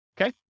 Okay